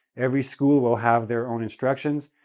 every school will have their own instructions.